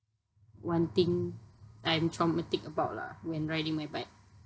one thing I'm traumatic about lah when riding my bike